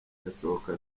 ndasohoka